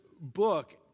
book